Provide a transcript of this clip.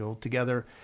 together